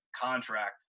contract